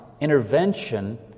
intervention